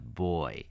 boy